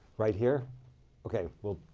right here ok well